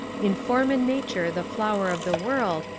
in form and nature the flower of the world,